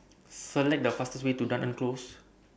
Select The fastest Way to Dunearn Close